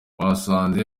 basanze